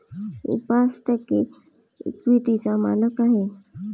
मी पाच टक्के इक्विटीचा मालक आहे